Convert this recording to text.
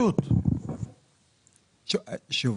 הוא אומר,